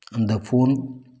அந்த ஃபோன்